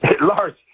Lars